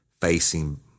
facing